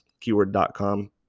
keyword.com